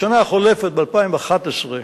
בשנה החולפת, ב-2011,